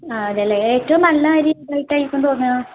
ആ അതെയല്ലേ ഏറ്റവും നല്ലയരി